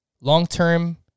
Long-term